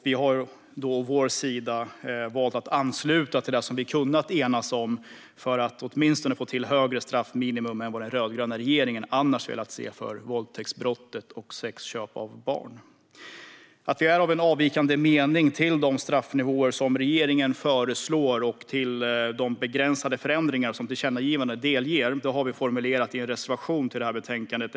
Vi har å vår sida valt att ansluta oss till det som vi har kunnat enas om, för att åtminstone få till högre straffminimum än vad den rödgröna regeringen annars har velat se för våldtäktsbrottet och sexköp av barn. Att vi är av en avvikande mening till de straffnivåer som regeringen föreslår och till de begränsade förändringar som tillkännagivandena delger har vi formulerat i en reservation i betänkandet.